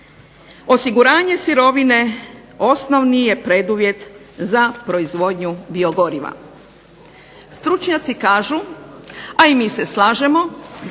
Osiguranje sirovine osnovni je preduvjet za proizvodnju biogoriva. Stručnjaci kažu, a i mi se slažemo,